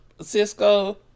Cisco